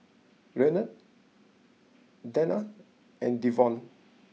Leonard Danna and Devon